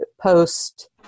post